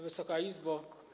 Wysoka Izbo!